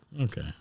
Okay